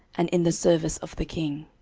and in the service of the king.